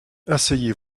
asseyez